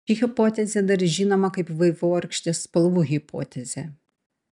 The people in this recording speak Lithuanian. ši hipotezė dar žinoma kaip vaivorykštės spalvų hipotezė